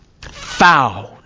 Found